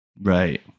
right